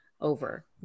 over